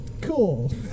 Cool